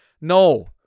No